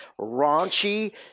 raunchy